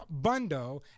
Bundo